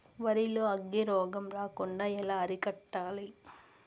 వరి లో అగ్గి రోగం రాకుండా ఎలా అరికట్టాలి?